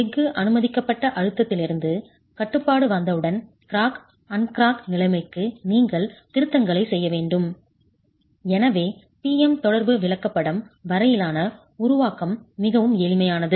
எஃகு அனுமதிக்கப்பட்ட அழுத்தத்திலிருந்து கட்டுப்பாடு வந்தவுடன் கிராக் அன்க்ராக் நிலைமைக்கு நீங்கள் திருத்தங்களைச் செய்ய வேண்டும் எனவே P M தொடர்பு விளக்கப்படம் வரையிலான உருவாக்கம் மிகவும் எளிமையானது